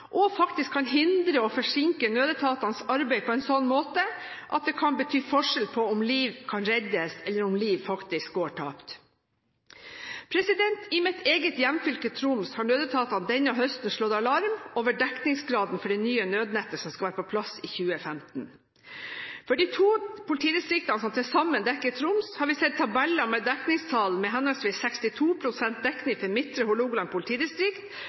og faktisk kan hindre og forsinke nødetatenes arbeid på en sånn måte at det kan bety forskjell på om liv kan reddes eller om liv går tapt. I mitt eget hjemfylke, Troms, har nødetatene denne høsten slått alarm om dekningsgraden for det nye nødnettet som skal være på plass i 2015. For de to politidistriktene som til sammen dekker Troms, har vi sett tabeller med dekningstall på henholdsvis 62 pst. dekning for Midtre Hålogaland politidistrikt